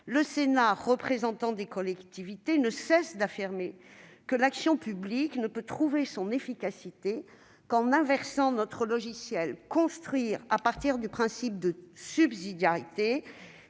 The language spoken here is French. Le Sénat, représentant des collectivités territoriales, ne cesse d'affirmer que l'action publique ne peut trouver son efficacité qu'en inversant notre logiciel : il faut construire à partir du principe de subsidiarité,